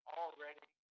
already